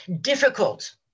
difficult